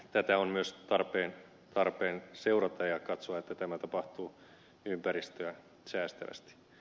tätä on myös tarpeen seurata ja katsoa että tämä tapahtuu ympäristöä säästävästi